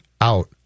out